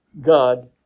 God